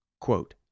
Quote